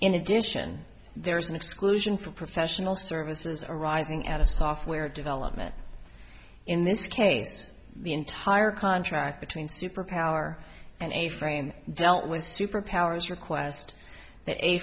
in addition there is an exclusion for professional services are rising at a software development in this case the entire contract between super power and a frame dealt with superpowers request that a